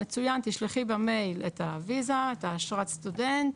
'מצויין, תשלחי במייל את הוויזה, את אשרת הסטודנט,